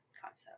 concept